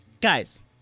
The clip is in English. Guys